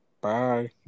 Bye